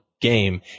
game